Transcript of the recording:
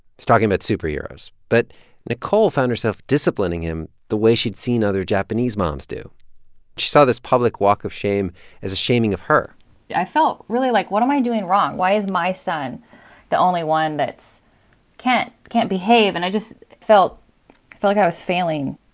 talking about superheroes. but nicole found herself disciplining him the way she'd seen other japanese moms do. she saw this public walk of shame as a shaming of her i felt really like, what am i doing wrong? why is my son the only one that's can't can't behave? and i just felt felt like i was failing